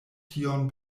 tion